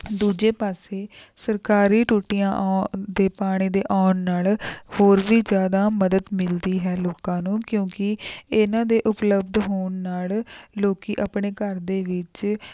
ਦੂਜੇ ਪਾਸੇ ਸਰਕਾਰੀ ਟੂਟੀਆਂ ਆਉਣ ਦੇ ਪਾਣੀ ਦੇ ਆਉਣ ਨਾਲ ਹੋਰ ਵੀ ਜ਼ਿਆਦਾ ਮਦਦ ਮਿਲਦੀ ਹੈ ਲੋਕਾਂ ਨੂੰ ਕਿਉਂਕਿ ਇਹਨਾਂ ਦੇ ਉਪਲਬਧ ਹੋਣ ਨਾਲ ਲੋਕ ਆਪਣੇ ਘਰ ਦੇ ਵਿੱਚ